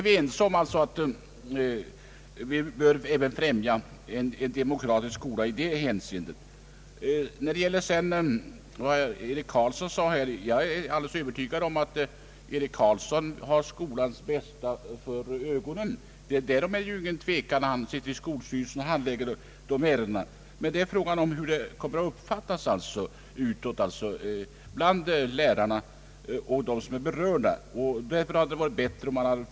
Vi är alltså ense om att främja en demokratisk skola i detta hänseende. Jag är alldeles övertygad om att herr Eric Carlsson har skolans bästa för ögonen när han sitter i skolstyrelsen och handlägger ärendena. Herr Eric Carlsson har rätt i att representationen' växlar. Det hade kanske varit skäl att här försöka få till stånd en fastare organisation.